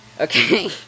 Okay